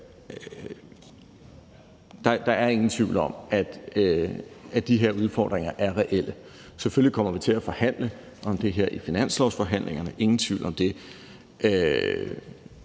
Der er ingen tvivl om, at de her udfordringer er reelle. Selvfølgelig kommer vi til at forhandle om det her i finanslovsforhandlingerne, ingen tvivl om det.